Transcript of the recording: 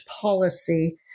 policy